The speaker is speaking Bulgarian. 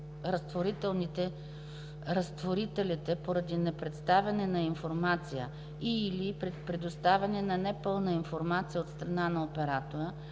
разтворителите поради непредставяне на информация и/или при представяне на непълна информация от страна на оператора,